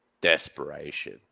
desperation